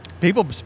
people